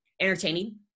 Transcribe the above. Entertaining